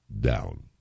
down